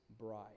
bride